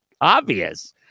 obvious